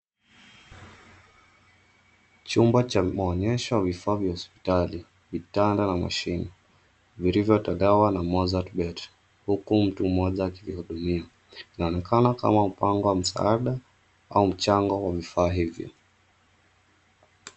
Chumba cha maonesho vifaa vya hospitali, vitanda na mashine vilivyotadawa na mozart bet , huku mtu mmoja akihudumia. Inaonekana kama mpango wa msaada au mchango wa vifaa hivi.